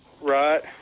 Right